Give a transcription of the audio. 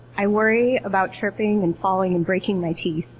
i worry about tripping and falling and breaking my teeth.